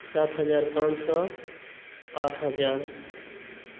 सात हजार पाँच सए आठ हजार